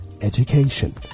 education